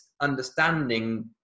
understanding